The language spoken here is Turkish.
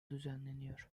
düzenleniyor